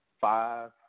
five